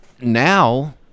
now